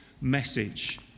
message